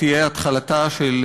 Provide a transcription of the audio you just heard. אתה יכול גם להוריד אותי.